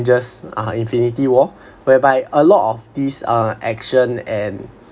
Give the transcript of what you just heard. just uh infinity war whereby a lot of these uh action and